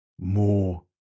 more